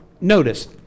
notice